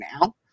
now